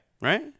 Right